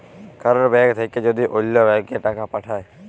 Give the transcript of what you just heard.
কারুর ব্যাঙ্ক থাক্যে যদি ওল্য ব্যাংকে টাকা পাঠায়